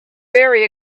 very